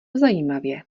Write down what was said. zajímavě